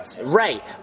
right